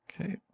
Okay